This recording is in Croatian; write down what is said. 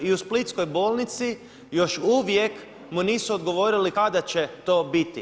I u splitskoj bolnici još uvijek mu nisu odgovorili kada će to biti.